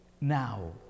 Now